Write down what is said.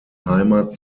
heimat